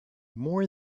more